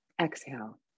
exhale